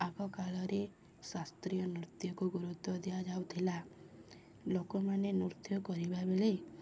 ଆଗକାଳରେ ଶାସ୍ତ୍ରୀୟ ନୃତ୍ୟକୁ ଗୁରୁତ୍ୱ ଦିଆଯାଉଥିଲା ଲୋକମାନେ ନୃତ୍ୟ କରିବା ବେଳେ